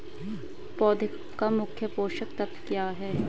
पौधे का मुख्य पोषक तत्व क्या हैं?